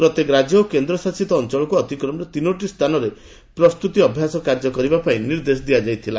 ପ୍ରତ୍ୟେକ ରାଜ୍ୟ ଓ କେନ୍ଦ୍ରଶାସିତ ଅଞ୍ଚଳକୁ ଅତି କମ୍ରେ ତିନୋଟି ସ୍ଥାନରେ ପ୍ରସ୍ତୁତି ଅଭ୍ୟାସ କାର୍ଯ୍ୟ କରିବା ପାଇଁ ନିର୍ଦ୍ଦେଶ ଦିଆଯାଇଥିଲା